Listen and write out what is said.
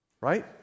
Right